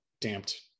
damped